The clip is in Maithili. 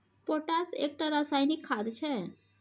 पोटाश एकटा रासायनिक खाद छै